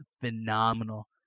phenomenal